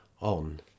on